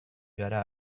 gara